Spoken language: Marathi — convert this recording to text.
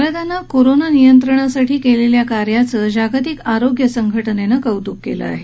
भारतानं कोरोना नियंत्रणासाठी केलेल्या कार्याचं जागतिक आरोग्य संघटनेन कौतुक केलं आहे